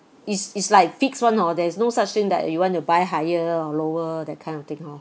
is is like fixed [one] oh there is no such thing that you want to buy higher or lower that kind of thing hor